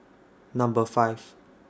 Number five